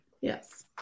Yes